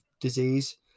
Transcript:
disease